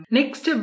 Next